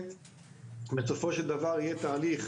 אבל נפרגן להם פה בכיף.